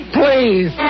please